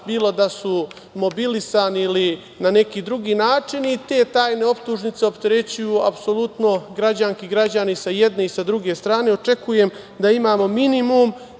bilo da su mobilisani ili na neki drugi način i te tajne optužnice opterećuju apsolutno građanke i građane i sa jedne i sa druge strane. Očekujem da imamo minimum